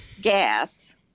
gas